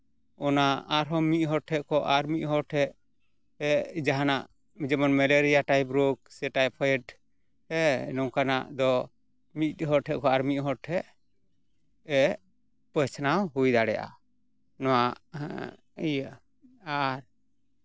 ᱚᱱᱟ ᱟᱨᱦᱚᱸ ᱢᱤᱫ ᱦᱚᱲ ᱴᱷᱮᱡ ᱠᱷᱚᱡ ᱟᱨᱦᱚᱸ ᱤᱫ ᱦᱚᱲ ᱴᱷᱮᱡ ᱛᱮ ᱡᱟᱦᱟᱱᱟᱜ ᱡᱮᱢᱚᱱ ᱢᱮᱞᱮᱨᱤᱭᱟ ᱴᱟᱭᱤᱯ ᱨᱳᱜᱽ ᱥᱮ ᱴᱟᱭᱯᱷᱚᱭᱮᱰ ᱦᱮᱸ ᱱᱚᱝᱠᱟᱱᱟᱜ ᱫᱚ ᱢᱤᱫ ᱦᱚᱲ ᱴᱷᱮᱡ ᱠᱷᱚᱡ ᱟᱨ ᱢᱤᱫ ᱦᱚᱲ ᱴᱷᱮᱡ ᱨᱮ ᱯᱟᱥᱱᱟᱣ ᱦᱩᱭ ᱫᱟᱲᱮᱭᱟᱜᱼᱟ ᱱᱚᱣᱟ ᱤᱭᱟᱹ ᱟᱨ